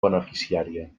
beneficiària